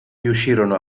riuscirono